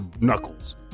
knuckles